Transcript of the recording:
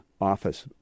office